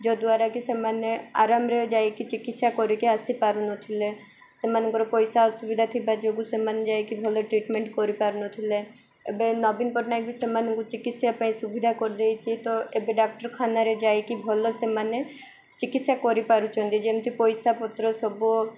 ଯଦ୍ୱାରା କି ସେମାନେ ଆରାମରେ ଯାଇକି ଚିକିତ୍ସା କରିକି ଆସିପାରୁନଥିଲେ ସେମାନଙ୍କର ପଇସା ଅସୁବିଧା ଥିବା ଯୋଗୁଁ ସେମାନେ ଯାଇକି ଭଲ ଟ୍ରିଟମେଣ୍ଟ କରିପାରୁନଥିଲେ ଏବେ ନବୀନ ପଟ୍ଟନାୟକ ବି ସେମାନଙ୍କୁ ଚିକିତ୍ସା ପାଇଁ ସୁବିଧା କରିଦେଇଛି ତ ଏବେ ଡାକ୍ଟରଖାନାରେ ଯାଇକି ଭଲ ସେମାନେ ଚିକିତ୍ସା କରିପାରୁଛନ୍ତି ଯେମିତି ପଇସାପତ୍ର ସବୁ